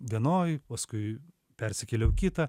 vienoj paskui persikėliau į kitą